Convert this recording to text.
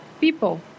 People